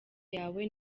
yawe